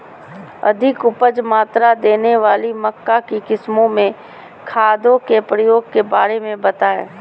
अधिक उपज मात्रा देने वाली मक्का की किस्मों में खादों के प्रयोग के बारे में बताएं?